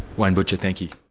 wayne butcher, thank you.